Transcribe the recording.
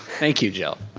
thank you jill.